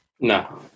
no